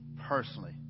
personally